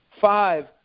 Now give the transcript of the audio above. five